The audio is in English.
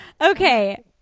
okay